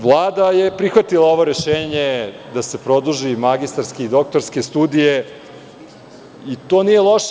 Vlada je prihvatila ovo rešenje da se produže magistarske i doktorske studije i to nije loše.